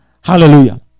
Hallelujah